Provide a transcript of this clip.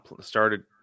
started